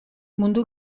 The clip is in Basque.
mundu